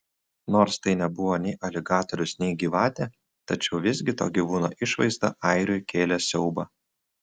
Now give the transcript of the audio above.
nors tai nebuvo nei aligatorius nei gyvatė tačiau visgi to gyvūno išvaizda airiui kėlė siaubą